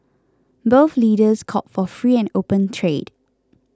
both leaders called for free and open trade